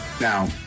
now